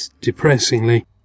depressingly